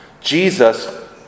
Jesus